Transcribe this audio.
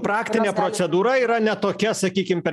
praktinė procedūra yra ne tokia sakykim per